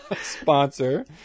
Sponsor